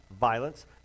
violence